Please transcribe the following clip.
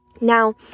now